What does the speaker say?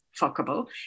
fuckable